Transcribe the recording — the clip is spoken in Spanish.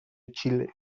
chile